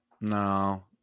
No